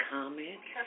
Comment